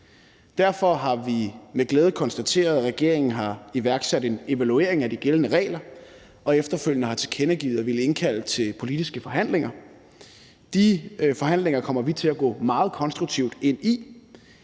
Derfor har vi med glæde konstateret, at regeringen har iværksat en evaluering af de gældende regler og efterfølgende har tilkendegivet at ville indkalde til politiske forhandlinger. De forhandlinger kommer vi til at gå meget konstruktivt ind i,